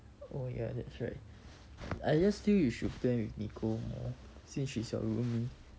oh ya that's right I just feel you should plan with nicole you know since she's your roomie